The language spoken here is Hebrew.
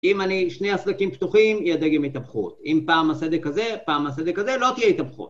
אם אני, שני הסדקים פתוחים יהיה דגם התאבכות, אם פעם הסדק הזה, פעם הסדק הזה לא תהיה התאבכות